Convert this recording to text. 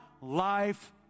life